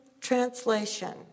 Translation